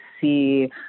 see